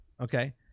Okay